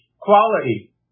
quality